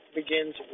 begins